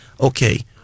okay